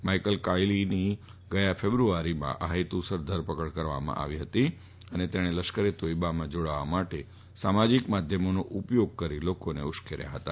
Michael કાયલીની ગયા ફેબ્રુઆરીમાં ધરપકડ કરવામાં આવી ફતી અને તેણે લશ્કરે તોયબામાં જાડાવા માટે સામાજિક માધ્યમોનો ઉપયોગ કરી લોકોને ઉશ્કેર્યા ફતા